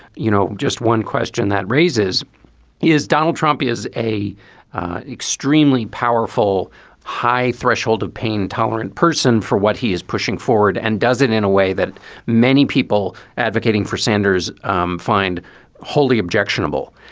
you know, just one question that raises is donald trump is a extremely powerful high threshold of pain tolerant person for what he is pushing forward and does it in a way that many people advocating for sanders um find wholly objectionable.